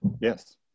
Yes